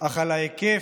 אך על ההיקף